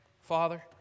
Father